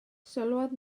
sylwodd